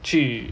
去